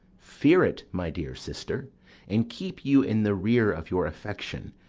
fear it, my dear sister and keep you in the rear of your affection,